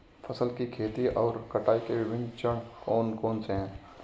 फसल की खेती और कटाई के विभिन्न चरण कौन कौनसे हैं?